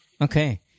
okay